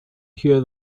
hear